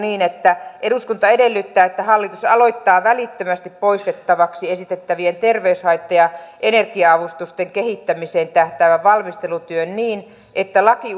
näin eduskunta edellyttää että hallitus aloittaa välittömästi poistettavaksi esitettävien terveyshaitta ja energia avustusten kehittämiseen tähtäävän valmistelutyön niin että laki